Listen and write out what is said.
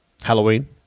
Halloween